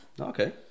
Okay